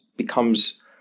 becomes